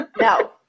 no